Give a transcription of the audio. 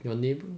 your neighbour